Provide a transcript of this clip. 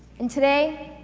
and today,